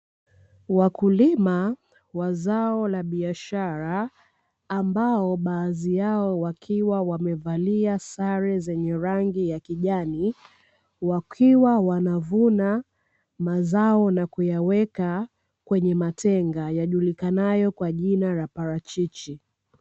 Wakulima wa zao la biashara ambao baadhi yao wakiwa wamevalia sare zenye rangi ya kijani, wakiwa wanavuna mazao na kuyaweka kwenye matenga yajulikanayo kwa jina la parachichi.